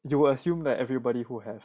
you will assume like everybody who have